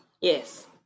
Yes